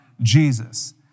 Jesus